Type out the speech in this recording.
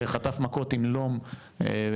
וחטף מכות עם לום בראשו,